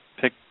pick